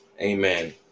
Amen